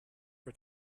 for